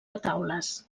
retaules